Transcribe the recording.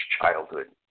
childhood